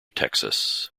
texas